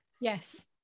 Yes